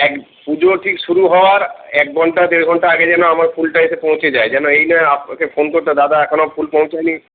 এক পুজোর ঠিক শুরু হওয়ার এক ঘন্টা দেড় ঘন্টা আগে যেন আমার ফুলটা এসে পৌঁছে যায় যেন এই না আপনাকে ফোন করতে হবে দাদা এখনও ফুল পৌঁছায়নি